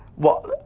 well,